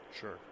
sure